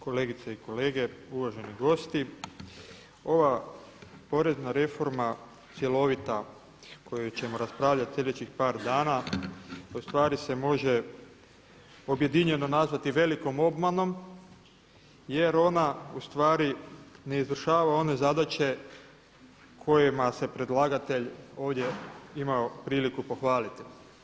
Kolegice i kolege, uvaženi gosti ova porezna reforma cjelovita koju ćemo raspravljati slijedećih par dana ustvari se može objedinjeno nazvati velikom obmanom jer ona ustvari ne izvršava one zadaće kojima se predlagatelj ovdje imao priliku pohvaliti.